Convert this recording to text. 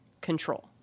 control